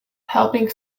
helping